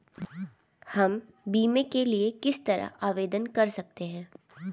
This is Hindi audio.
हम बीमे के लिए किस तरह आवेदन कर सकते हैं?